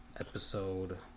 episode